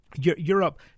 Europe